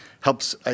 helps